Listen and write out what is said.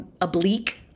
oblique